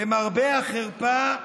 למרבה החרפה,